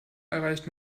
erreicht